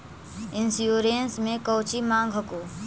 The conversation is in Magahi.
इंश्योरेंस मे कौची माँग हको?